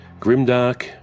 Grimdark